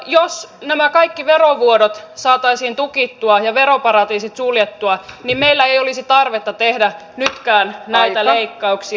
jos nämä kaikki verovuodot saataisiin tukittua ja veroparatiisit suljettua niin meillä ei olisi tarvetta tehdä nytkään näitä leikkauksia